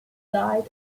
died